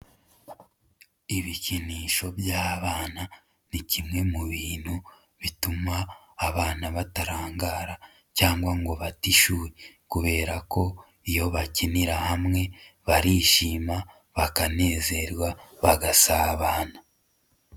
Ibikinisho by'abana ni kimwe mu bintu bituma abana batarangara cyangwa ngo bate ishuri kubera ko iyo bakinira hamwe barishima bakanezerwa bagasabana.